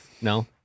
No